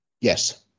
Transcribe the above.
Yes